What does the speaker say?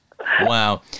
Wow